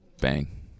Bang